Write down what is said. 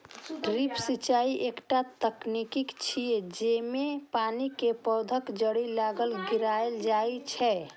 drip सिंचाइ एकटा तकनीक छियै, जेइमे पानि कें पौधाक जड़ि लग गिरायल जाइ छै